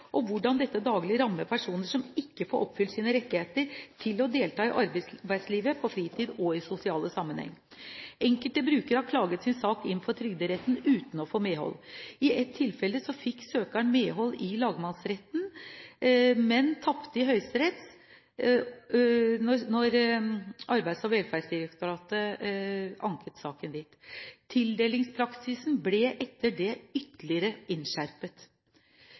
og hvordan dette daglig rammer personer som ikke får oppfylt sine rettigheter til å delta i arbeidslivet, i fritiden og i sosiale sammenhenger. Enkelte brukere har klaget sin sak inn for Trygderetten uten å få medhold. I ett tilfelle fikk søkeren medhold i lagmannsretten, men tapte i Høyesterett da Arbeids- og velferdsdirektoratet anket saken dit. Tildelingspraksisen ble etter det ytterligere innskjerpet.